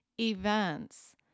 events